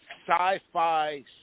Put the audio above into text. sci-fi